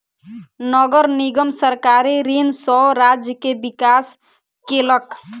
नगर निगम सरकारी ऋण सॅ राज्य के विकास केलक